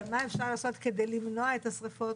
אבל מה אפשר לעשות כדי למנוע את השריפות,